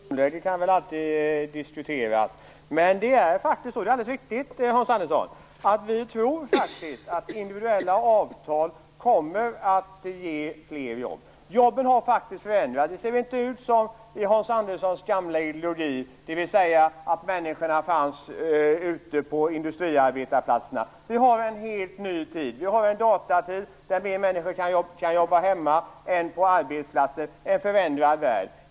Fru talman! Vem som har högt tonläge kan väl alltid diskuteras. Men det är alldeles riktigt, Hans Andersson, att vi tror att individuella avtal kommer att ge fler jobb. Jobben har faktiskt förändrats. Det ser inte ut som i Hans Anderssons gamla ideologi där människorna fanns ute på industriarbetsplatserna. Vi har en helt ny tid. Vi har en datatid, då fler människor kan jobba hemma än på arbetsplatsen. Det är en förändrad värld.